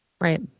Right